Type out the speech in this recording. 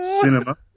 cinema